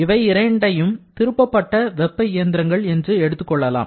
இவை இரண்டையும் திருப்பப்பட்ட வெப்ப இயந்திரங்கள் என்று எடுத்துக் கொள்ளலாம்